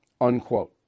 Unquote